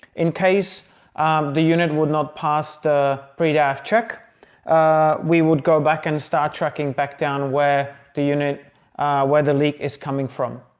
in case the unit would not pass the pre dive check we would go back and start tracking back down where the unit where the leak is coming from.